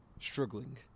struggling